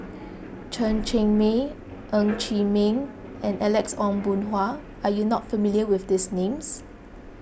Chen Cheng Mei Ng Chee Meng and Alex Ong Boon Hau are you not familiar with these names